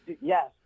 yes